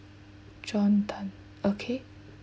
john tan okay